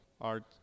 art